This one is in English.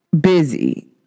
busy